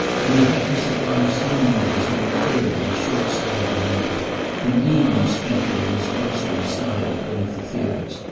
had he had to supply so many as on the third of his short stay in london an evening spent by miss gostrey's side at one of the theatres,